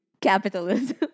capitalism